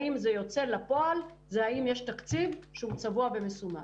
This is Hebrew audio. האם זה יוצא לפועל זה האם יש תקציב שהוא צבוע ומסומן.